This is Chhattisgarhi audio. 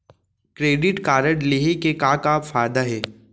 क्रेडिट कारड लेहे के का का फायदा हे?